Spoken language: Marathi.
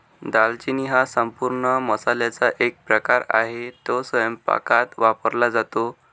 दालचिनी हा संपूर्ण मसाल्याचा एक प्रकार आहे, तो स्वयंपाकात वापरला जातो